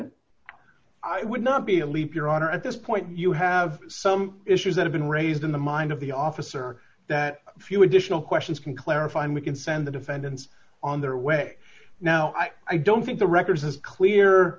not be a leap your honor at this point you have some issues that have been raised in the mind of the officer that few additional questions can clarify and we can send the defendants on their way now i don't think the records as clear